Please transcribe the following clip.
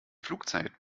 flugzeit